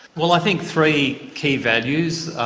well i think three key values.